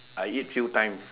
I eat few times